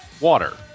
water